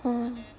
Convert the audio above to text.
mm